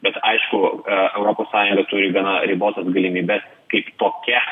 bet aišku europos sąjunga turi gana ribotas galimybes kaip tokią